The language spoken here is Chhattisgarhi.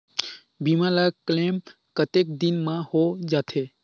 बीमा ला क्लेम कतेक दिन मां हों जाथे?